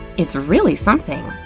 it's really something.